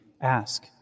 Ask